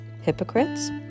Hypocrites